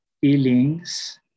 feelings